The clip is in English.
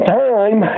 time